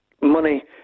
money